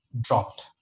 dropped